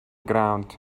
ground